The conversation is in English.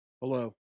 Hello